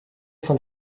von